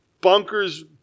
bunkers